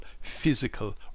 physical